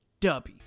Dubby